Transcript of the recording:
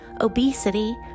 obesity